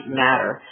matter